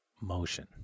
motion